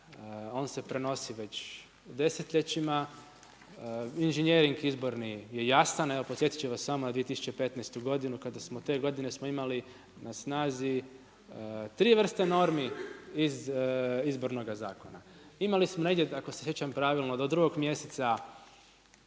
On se prenosi već desetljećima, inženjering izborni je jasan, evo podsjetit ću vas samo na 2015. godinu kada smo te godine imali na snazi tri vrste normi iz Izbornoga zakona. Imali smo negdje ako se sjećam pravilno do 2. mjeseca